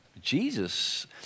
Jesus